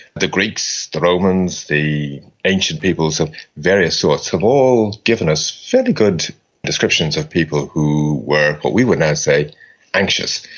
the greeks, the romans, the ancient peoples of various sorts have all given us fairly good descriptions of people who were what we would now say anxious.